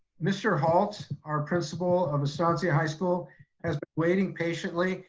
mr. halt, our principal of estancia high school has been waiting patiently.